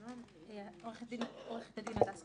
עו"ד הדס ארנון-שרעבי,